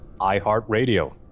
iHeartRadio